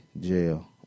Jail